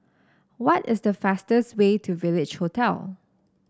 what is the fastest way to Village Hotel